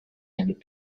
handed